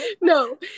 no